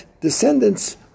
descendants